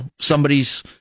somebody's